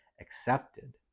accepted